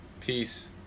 peace